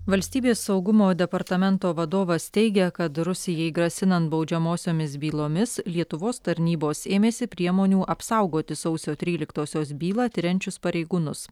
valstybės saugumo departamento vadovas teigia kad rusijai grasinant baudžiamosiomis bylomis lietuvos tarnybos ėmėsi priemonių apsaugoti sausio tryliktosios bylą tiriančius pareigūnus